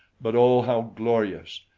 but, oh, how glorious!